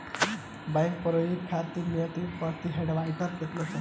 बौना प्रजाति खातिर नेत्रजन प्रति हेक्टेयर केतना चाही?